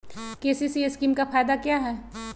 KCC scheme का फायदा क्या है?